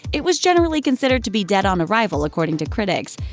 it was generally considered to be dead on arrival, according to critics.